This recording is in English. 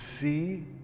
see